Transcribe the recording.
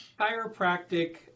chiropractic